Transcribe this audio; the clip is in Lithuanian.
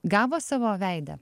gavo savo veidą